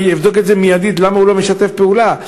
אני אבדוק מיידית למה הוא לא משתף פעולה.